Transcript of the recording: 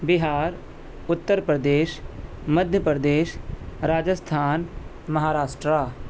Bihar Uttar Pradesh Madhya Pradesh Rajasthan Maharashtra